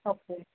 okay